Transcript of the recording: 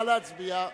נא להצביע.